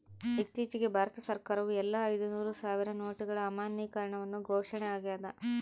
ಇತ್ತೀಚಿಗೆ ಭಾರತ ಸರ್ಕಾರವು ಎಲ್ಲಾ ಐದುನೂರು ಸಾವಿರ ನೋಟುಗಳ ಅಮಾನ್ಯೀಕರಣವನ್ನು ಘೋಷಣೆ ಆಗ್ಯಾದ